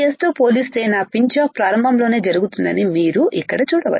తో పోలిస్తే నా పించ్ ఆఫ్ ఫ్ప్రారంభంలోనే జరుగుతుందని మీరు ఇక్కడ చూడవచ్చు